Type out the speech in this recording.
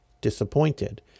disappointed